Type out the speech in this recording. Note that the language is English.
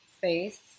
face